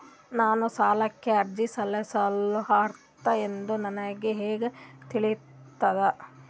ನಾನು ಸಾಲಕ್ಕೆ ಅರ್ಜಿ ಸಲ್ಲಿಸಲು ಅರ್ಹ ಎಂದು ನನಗೆ ಹೆಂಗ್ ತಿಳಿತದ?